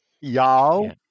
Y'all